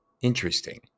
Interesting